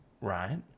right